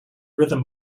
rhythm